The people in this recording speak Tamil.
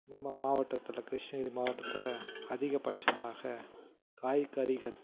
நம்ம மாவட்டத்தில் கிருஷ்ணகிரி மாவட்டத்தில் அதிகபட்சமாக காய்கறிகள்